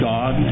God